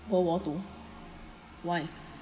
world war two